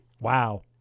Wow